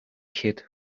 kid